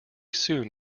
soon